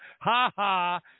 Ha-ha